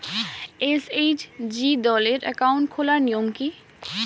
SHG দলের account খোলার নিয়ম কী?